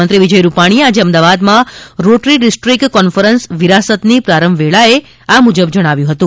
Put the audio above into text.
મુખ્યમંત્રી વિજય રૂપાણીએ આજે અમદાવાદમાં રોટરી ડિસ્ટીક્ટ કોન્ફરન્સ વિરાસતની પ્રારંભ વેળાએ આ મુજબ જણાવ્યું હતું